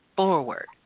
Forward